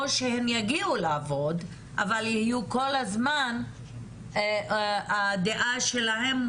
או שהן יגיעו לעבוד אבל כל הזמן הדעה שלהן תהיה